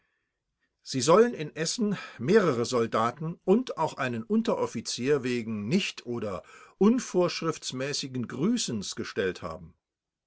sie sollen in essen mehrere soldaten und auch einen unteroffizier wegen nicht oder unvorschriftsmäßigen grüßens gestellt haben